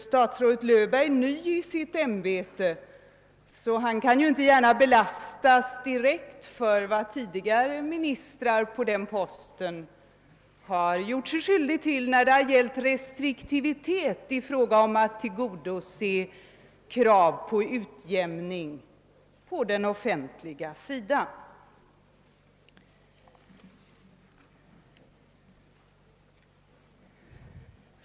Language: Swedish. Statsrådet Löfberg är ju ny i sitt ämbete, och han kan naturligtvis inte gärna lastas för den restriktivitet i fråga om att tillgodose krav på utjämning på den offentliga sidan som tidigare ministrar på den posten har gjort sig skyldiga till.